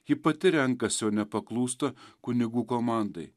ji pati renkasi o nepaklūsta kunigų komandai